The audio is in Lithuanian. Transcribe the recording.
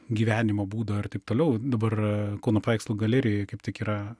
gyvenimo būdo ir taip toliau dabar kauno paveikslų galerijoje kaip tik yra